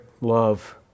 love